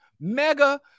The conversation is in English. mega